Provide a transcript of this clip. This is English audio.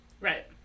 Right